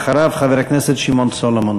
אחריו, חבר הכנסת שמעון סולומון.